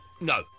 No